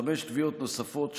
חמש תביעות נוספות,